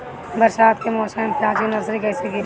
बरसात के मौसम में प्याज के नर्सरी कैसे गिरी?